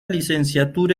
licenciatura